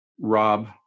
Rob